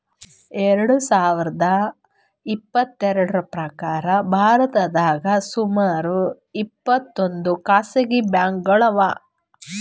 ಎರಡ ಸಾವಿರದ್ ಇಪ್ಪತ್ತೆರಡ್ರ್ ಪ್ರಕಾರ್ ಭಾರತದಾಗ್ ಸುಮಾರ್ ಇಪ್ಪತ್ತೊಂದ್ ಖಾಸಗಿ ಬ್ಯಾಂಕ್ಗೋಳು ಅವಾ